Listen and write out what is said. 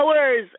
hours